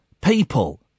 people